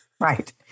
Right